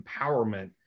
empowerment